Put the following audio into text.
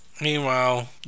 Meanwhile